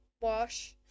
wash